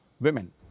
women